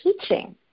teaching